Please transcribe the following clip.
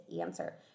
answer